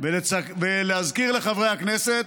ולהזכיר לחברי הכנסת